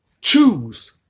choose